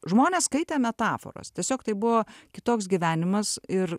žmonės skaitė metaforas tiesiog tai buvo kitoks gyvenimas ir